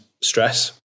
stress